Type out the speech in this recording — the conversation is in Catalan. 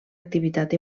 activitat